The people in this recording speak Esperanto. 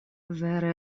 vere